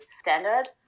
standard